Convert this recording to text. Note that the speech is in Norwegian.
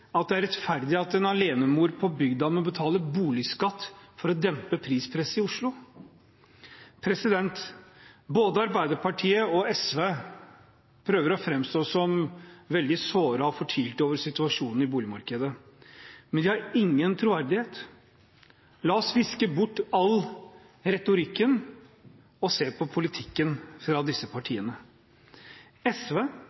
at det er rettferdig at en alenemor på bygda må betale boligskatt for å dempe prispresset i Oslo? Både Arbeiderpartiet og SV prøver å framstå som veldig såret og fortvilet over situasjonen i boligmarkedet, men de har ingen troverdighet. La oss viske bort all retorikken og se på politikken fra disse